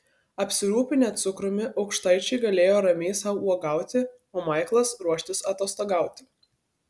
apsirūpinę cukrumi aukštaičiai galėjo ramiai sau uogauti o maiklas ruoštis atostogauti